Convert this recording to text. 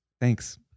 thanks